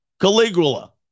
Caligula